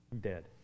dead